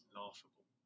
laughable